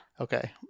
Okay